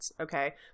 okay